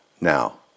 Now